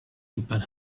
impact